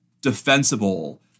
defensible